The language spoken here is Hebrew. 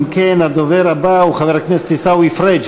אם כן, הדובר הבא הוא חבר הכנסת עיסאווי פריג'.